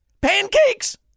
pancakes